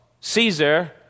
Caesar